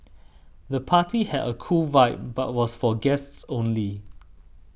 the party had a cool vibe but was for guests only